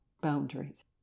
Boundaries